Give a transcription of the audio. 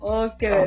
okay